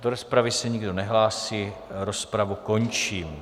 Do rozpravy se nikdo nehlásí, rozpravu končím.